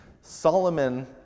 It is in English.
Solomon